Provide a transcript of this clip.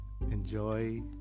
enjoy